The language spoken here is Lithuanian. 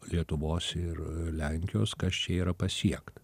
lietuvos ir lenkijos kas čia yra pasiekta